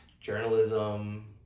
journalism